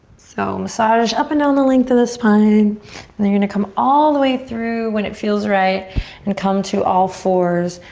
so massage up and down the length of the spine. then you're gonna come all the way through when it feels right and come to all fours,